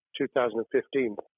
2015